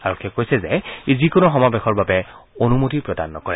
আৰক্ষীয়ে কৈছে যে ই যিকোনো সমাৱেশৰ বাবে অনুমতি প্ৰদান নকৰে